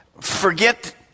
forget